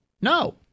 no